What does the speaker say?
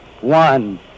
one